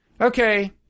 Okay